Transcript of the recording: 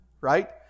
right